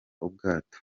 ubwato